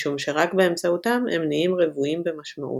משום שרק באמצעותם הם נהיים רוויים במשמעות.